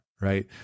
right